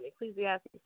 Ecclesiastes